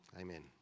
Amen